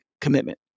commitment